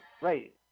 Right